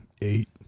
eight